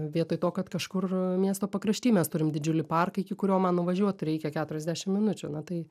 vietoj to kad kažkur miesto pakrašty mes turim didžiulį parką iki kurio man nuvažiuot reikia keturiasdešimt minučių na tai